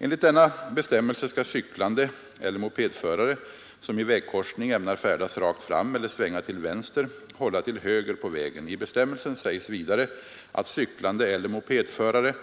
Enligt denna bestämmelse skall cyklande eller mopedförare, som i vägkorsning ämnar färdas rakt fram eller svänga till vänster, hålla till höger på vägen. I bestämmelsen sägs vidare att cyklande eller mopedförare,